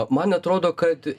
man atrodo kad